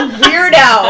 weirdo